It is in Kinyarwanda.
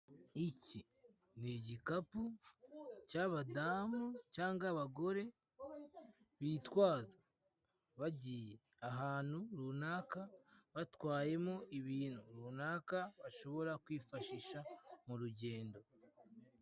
Iki ni igikapu cy'abadamu cyangwa abagore bitwaza bagiye ahantu runaka batwayemo ibintu runaka bashobora kwifashisha mu rugendo.